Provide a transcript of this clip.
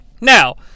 Now